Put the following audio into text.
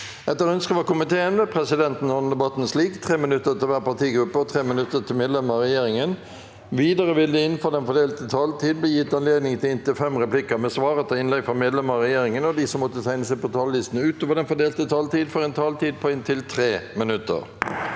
forvaltningskomiteen vil presidenten ordne debatten slik: 3 minutter til hver partigruppe og 3 minutter til medlemmer av regjeringen. Videre vil det – innenfor den fordelte taletid – bli gitt anledning til inntil fem replikker med svar etter innlegg fra medlemmer av regjeringen, og de som måtte tegne seg på talerlisten utover den fordelte taletid, får også en taletid på inntil 3 minutter.